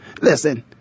Listen